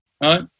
right